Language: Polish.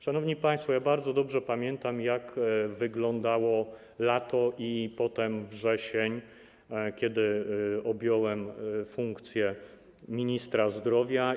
Szanowni państwo, bardzo dobrze pamiętam, jak wyglądało lato i potem wrzesień, kiedy objąłem funkcję ministra zdrowia.